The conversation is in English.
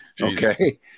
Okay